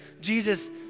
Jesus